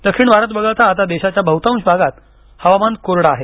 दक्षिण भारत वगळता आता देशाच्या बहुतांश भागात हवामान कोरडं आहे